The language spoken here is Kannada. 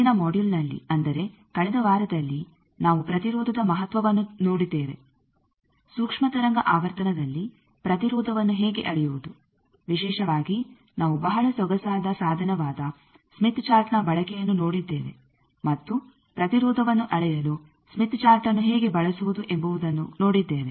ಹಿಂದಿನ ಮೊಡ್ಯುಲ್ನಲ್ಲಿ ಅಂದರೆ ಕಳೆದ ವಾರದಲ್ಲಿ ನಾವು ಪ್ರತಿರೋಧದ ಮಹತ್ವವನ್ನು ನೋಡಿದ್ದೇವೆ ಸೂಕ್ಷ್ಮ ತರಂಗ ಆವರ್ತನದಲ್ಲಿ ಪ್ರತಿರೋಧವನ್ನು ಹೇಗೆ ಅಳೆಯುವುದು ವಿಶೇಷವಾಗಿ ನಾವು ಬಹಳ ಸೊಗಸಾದ ಸಾಧನವಾದ ಸ್ಮಿತ್ ಚಾರ್ಟ್ನ ಬಳಕೆಯನ್ನು ನೋಡಿದ್ದೇವೆ ಮತ್ತು ಪ್ರತಿರೋಧವನ್ನು ಅಳೆಯಲು ಸ್ಮಿತ್ ಚಾರ್ಟ್ಅನ್ನು ಹೇಗೆ ಬಳಸುವುದು ಎಂಬುವುದನ್ನು ನೋಡಿದ್ದೇವೆ